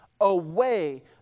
away